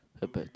about